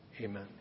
Amen